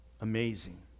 Amazing